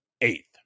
eighth